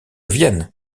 vienne